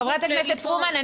חברת הכנסת פרומן,